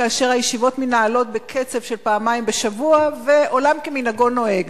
כאשר הישיבות מתנהלות בקצב של פעמיים בשבוע ועולם כמנהגו נוהג.